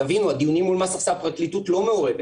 תבינו, בדיונים מול מס הכנסה הפרקליטות לא מעורבת.